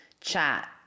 chat